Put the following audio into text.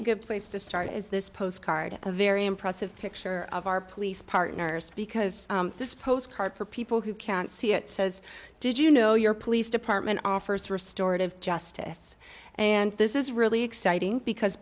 a good place to start is this postcard a very impressive picture of our police partners because this postcard for people who can't see it says did you know your police department offers restorative justice and this is really exciting because